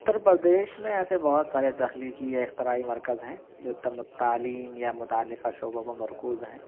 اُتّر پردیش میں ایسے بہت سارے تخلیقی اختراعی مرکز ہیں جو تعلیم یا متعلقہ شعبوں کو مرکوز ہیں